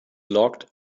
locked